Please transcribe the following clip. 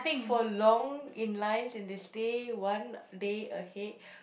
for long in lines and they stay one day ahead